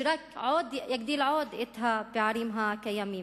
שיגדילו עוד את הפערים הקיימים.